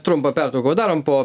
trumpą pertrauką padarom po